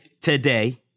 today